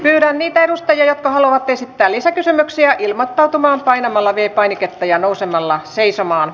pyydän niitä edustajia jotka haluavat esittää lisäkysymyksiä ilmoittautumaan painamalla v painiketta ja nousemalla seisomaan